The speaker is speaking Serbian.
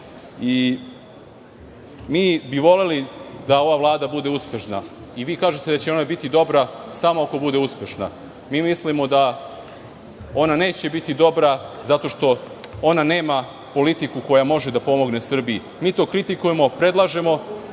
bi voleli da ova vlada bude uspešna i vi kažete da će ona biti dobra samo ako bude uspešna. Mi mislimo da ona neće biti dobra zato što ona nema politiku koja može da pomogne Srbiji. Mi to kritikujemo i predlažemo